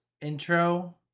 intro